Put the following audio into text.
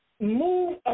move